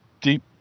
deep